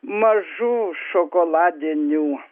mažų šokoladinių